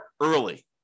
early